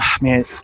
man